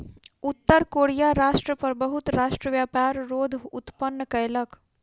उत्तर कोरिया राष्ट्र पर बहुत राष्ट्र व्यापार रोध उत्पन्न कयलक